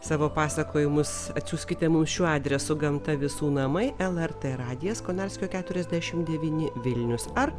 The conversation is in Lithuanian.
savo pasakojimus atsiųskite mums šiuo adresu gamta visų namai lrt radijas konarskio keturiasdešimt devyni vilnius ar